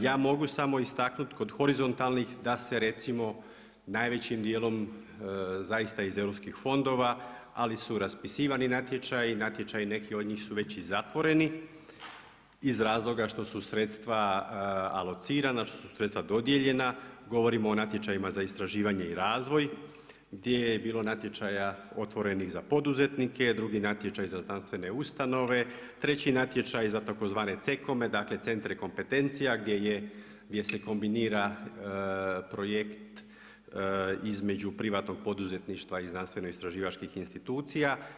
Ja mogu samo istaknuti kod horizontalnih da se recimo najvećim dijelom zaista iz europskih fondova, ali su raspisivani natječaji, natječaji neki od njih su već i zatvoreni iz razloga što su sredstva alocirana, što su sredstva dodijeljena, govorimo o natječajima za istraživanja i razvoj gdje je bilo natječaja otvorenih za poduzetnika, drugi natječaj za znanstvene ustanove, treći natječaj za tzv. CEKOM-e, dakle centre kompetencija gdje se kombinira projekt između privatnog poduzetništva i znanstveno istraživačkih institucija.